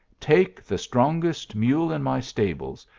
take the strongest mule in my stables,